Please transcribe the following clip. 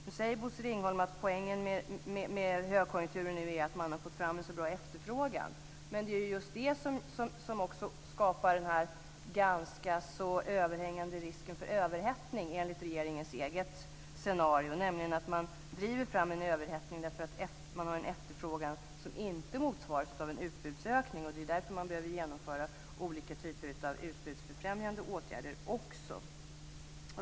Bosse Ringholm säger nu att poängen med högkonjunkturen nu är att man har fått fram en så bra efterfrågan, men det skapar också en ganska överhängande risk för överhettning enligt regeringens eget scenario. Man driver fram en överhettning därför att man har en efterfrågan som inte motsvaras av en utbudsökning. Man behöver därför också genomföra olika typer av utbudsbefrämjande åtgärder.